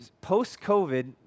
post-COVID